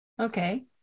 Okay